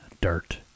Dirt